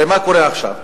הרי מה קורה עכשיו?